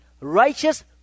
righteous